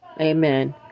Amen